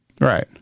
Right